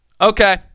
Okay